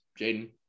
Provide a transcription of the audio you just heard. Jaden